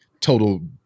Total